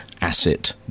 asset